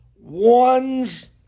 one's